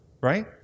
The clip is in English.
right